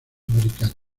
americanas